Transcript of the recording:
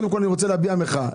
אני קודם כל רוצה להביע מחאה.